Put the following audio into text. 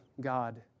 God